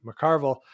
McCarville